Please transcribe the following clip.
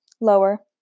lower